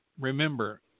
remember